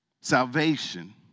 Salvation